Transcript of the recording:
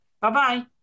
Bye-bye